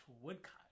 woodcut